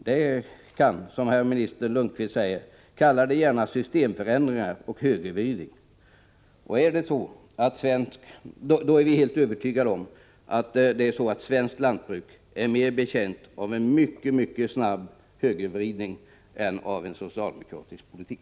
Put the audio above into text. Kalla gärna, som herr ministern Svante Lundkvist gör, våra förslag systemförändringar och högervridning. Vi är då helt övertygade om att svenskt lantbruk är mer betjänt av en mycket snabb högervridning än av en socialdemokratisk politik.